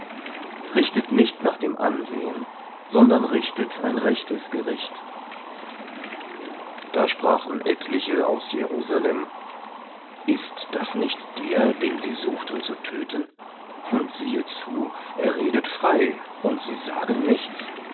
richtet nicht nach dem ansehen sondern richtet ein rechtes gericht da sprachen etliche aus jerusalem ist das nicht der den sie suchten zu töten und siehe zu er redet frei und sie sagen nichts